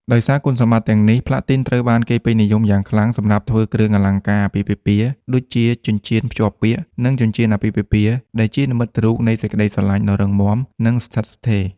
ដោយសារគុណសម្បត្តិទាំងនេះ ផ្លាទីនត្រូវបានគេពេញនិយមយ៉ាងខ្លាំងសម្រាប់ធ្វើគ្រឿងអលង្ការអាពាហ៍ពិពាហ៍ ដូចជាចិញ្ចៀនភ្ជាប់ពាក្យ និងចិញ្ចៀនអាពាហ៍ពិពាហ៍ ដែលជានិមិត្តរូបនៃសេចក្ដីស្រឡាញ់ដ៏រឹងមាំ និងស្ថិតស្ថេរ។